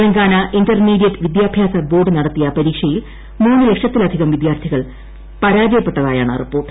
Telangana intermediate വിദ്യാഭ്യാസ board നടത്തിയ പരീക്ഷയിൽ മൂന്ന് ലക്ഷത്തിലധികം വിദ്യാർത്ഥികൾ പരാജയപ്പെട്ടതായാണ് റിപ്പോർട്ട്